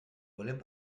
volen